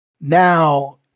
Now